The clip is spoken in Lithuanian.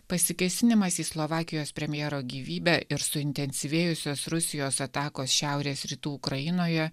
pasikėsinimas į slovakijos premjero gyvybę ir suintensyvėjusios rusijos atakos šiaurės rytų ukrainoje